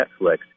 Netflix